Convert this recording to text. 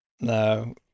no